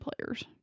players